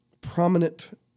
prominent